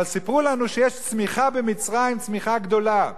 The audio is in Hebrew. אבל סיפרו לנו שיש צמיחה במצרים, צמיחה גדולה.